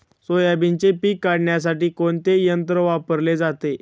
सोयाबीनचे पीक काढण्यासाठी कोणते यंत्र वापरले जाते?